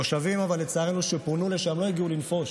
תושבים שפונו לשם לא הגיעו לנפוש,